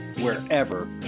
wherever